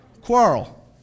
Quarrel